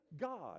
God